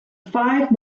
five